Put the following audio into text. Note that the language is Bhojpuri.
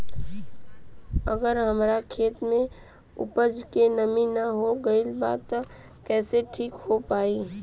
अगर हमार खेत में उपज में नमी न हो गइल बा त कइसे ठीक हो पाई?